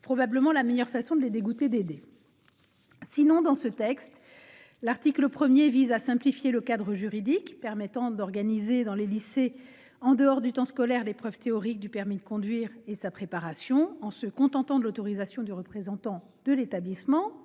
probablement la meilleure façon de les dégoûter d'aider ! Sinon, dans ce texte, l'article 1 vise à simplifier le cadre juridique permettant d'organiser dans les lycées, en dehors du temps scolaire, l'épreuve théorique du permis de conduire et sa préparation, en se contentant de l'autorisation du représentant de l'établissement.